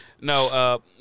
No